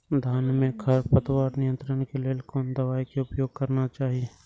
धान में खरपतवार नियंत्रण के लेल कोनो दवाई के उपयोग करना चाही?